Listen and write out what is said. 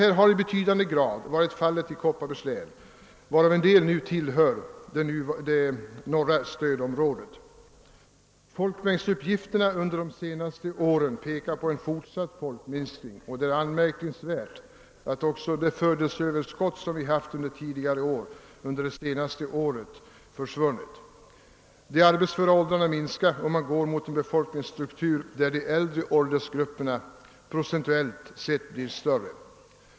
Detta har i betydande grad varit fallet i Kopparbergs län, varav en del nu tillhör det norra stödområdet. Folkmängdsuppgifterna under de senaste åren pekar på en fortsatt folkminsk ning, och det är anmärkningsvärt att också det födelseöverskott som vi haft under tidigare år försvunnit under det senaste året. Människorna i de arbetsföra åldrarna minskar i antal, och vi går mot en befolkningsstruktur där de äldre åldersgrupperna procentuellt sett blir större.